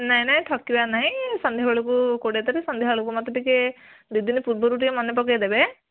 ନାଇଁ ନାଇଁ ଠକିବାର ନାହିଁ ସନ୍ଧ୍ୟାବେଳୁକୁ କୋଡ଼ିଏ ତାରିଖ୍ ସନ୍ଧ୍ୟାବେଳୁକୁ ମୋତେ ଟିକିଏ ଦୁଇଦିନି ପୂର୍ବରୁ ଟିକିଏ ମନେ ପକେଇଦେବେ